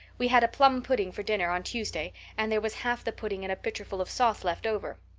we had a plum pudding for dinner on tuesday and there was half the pudding and a pitcherful of sauce left over.